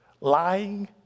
lying